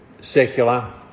secular